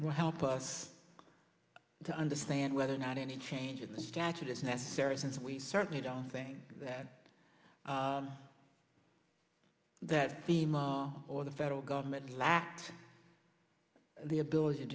will help us to understand whether or not any change in the statute is necessary since we certainly don't think that that the mall or the federal government lacks the ability to